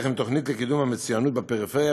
עם התוכנית לקידום המצוינות בפריפריה,